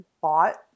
bought